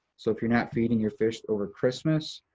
so if you're not feeding your fish over christmas,